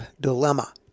dilemma